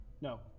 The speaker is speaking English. No